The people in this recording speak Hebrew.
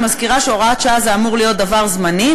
אני מזכירה שהוראת שעה אמורה להיות דבר זמני,